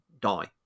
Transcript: die